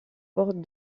porte